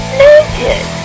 naked